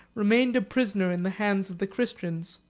remained a prisoner in the hands of the christians.